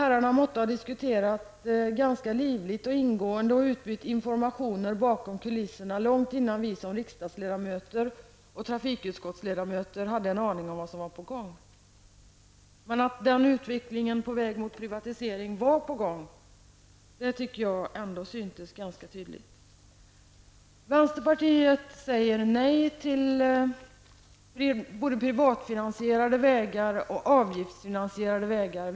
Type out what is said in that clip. Herrarna måtte ha diskuterat ganska livligt och ingående och utbytt informationer bakom kulisserna, långt innan vi som riksdagsledamöter och trafikutskottsledamöter hade en aning om vad som var på gång. Men det syntes ändå ganska klart att utvecklingen var på väg mot privatisering. Vänsterpartiet säger nej både till privatfinansierade vägar och till avgiftsfinansierade vägar.